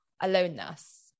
aloneness